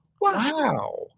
wow